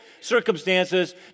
circumstances